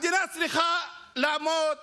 המדינה צריכה לעמוד